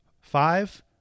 five